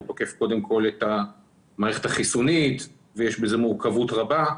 הוא תוקף קודם כל את המערכת החיסונית ויש בזה מורכבות רבה,